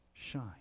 shine